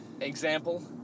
example